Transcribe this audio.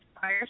Fire